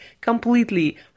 completely